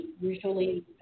usually